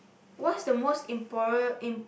what's the most impora~